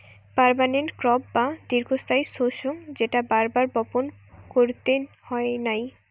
permanent crop বা দীর্ঘস্থায়ী শস্য যেটা বার বার বপণ কইরতে হয় নাই